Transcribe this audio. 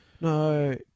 No